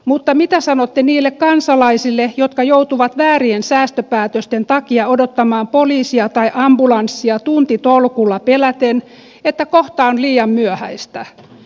mutta mitä sanotte niille kansalaisille jotka joutuvat väärien säästöpäätösten takia odottamaan poliisia tai ambulanssia tuntitolkulla peläten että kohta on liian myöhäistä